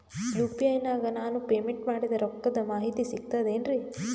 UPI ನಾಗ ನಾನು payment ಮಾಡಿದ ರೊಕ್ಕದ ಮಾಹಿತಿ ಸಿಕ್ತಾತೇನ್ರೀ?